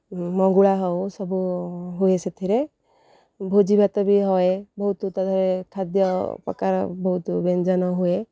ମଙ୍ଗୁଳା ହେଉ ସବୁ ହୁଏ ସେଥିରେ ଭୋଜି ଭାତ ବି ହୁଏ ବହୁତ ତା ଦେହରେ ଖାଦ୍ୟ ପ୍ରକାର ବହୁତ ବ୍ୟଞ୍ଜନ ହୁଏ